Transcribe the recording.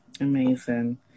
amazing